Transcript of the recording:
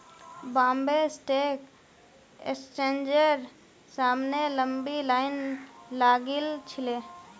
Bombay stock एक्सचेंजेर सामने लंबी लाइन लागिल छिले